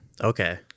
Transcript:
Okay